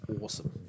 awesome